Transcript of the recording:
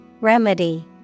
Remedy